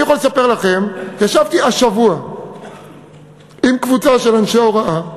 אני יכול לספר לכם שישבתי השבוע עם קבוצת אנשי הוראה,